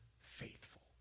faithful